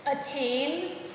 attain